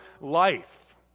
life